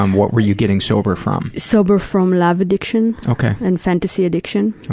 um what were you getting sober from? sober from love addiction and fantasy addiction.